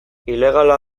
ilegala